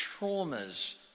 traumas